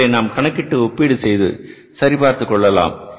இவற்றை நாம் கணக்கீட்டு ஒப்பீடு செய்து சரிபார்த்துக் கொள்ளலாம்